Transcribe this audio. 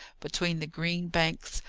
between the green banks,